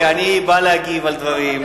כי אני בא להגיב על דברים,